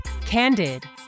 Candid